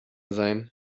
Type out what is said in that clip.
sein